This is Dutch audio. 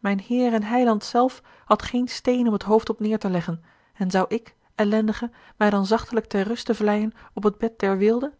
mijn heer en heiland zelf had geen steen om het hoofd op neêr te leggen en zou ik ellendige mij dan zachtelijk ter ruste vlijen op het bed der weelde